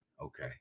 Okay